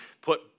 put